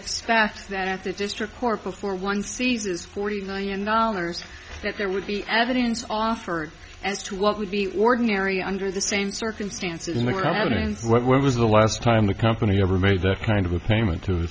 expect that at the district court before one ceases forty million dollars that there would be evidence offered as to what would be ordinary under the same circumstances when and where was the last time the company ever made the kind of a payment to